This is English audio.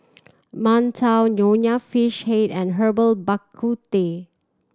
Mantou Nonya Fish Head and Herbal Bak Ku Teh